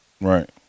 Right